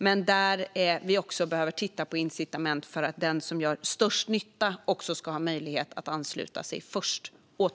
Men vi behöver också titta på incitament för att den som gör störst nytta också ska ha möjlighet att ansluta sig först.